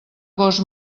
gos